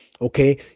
Okay